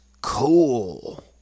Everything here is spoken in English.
cool